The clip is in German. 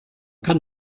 kann